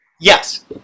Yes